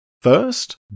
First